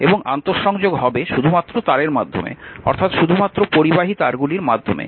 এবং আন্তঃসংযোগ হবে শুধুমাত্র তারের মাধ্যমে অর্থাৎ শুধুমাত্র পরিবাহী তারগুলির মাধ্যমে